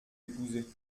épouser